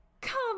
Come